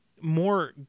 more